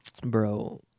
Bro